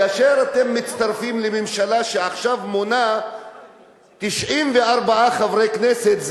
כי כשאתם עכשיו מצטרפים לממשלה שמונה 94 חברי כנסת,